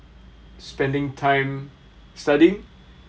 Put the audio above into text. spending time studying